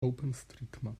openstreetmap